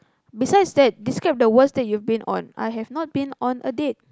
besides that describe the worst that you've been on I have not been on a date